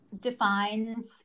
defines